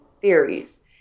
theories